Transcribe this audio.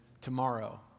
tomorrow